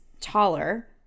taller